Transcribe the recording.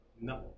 No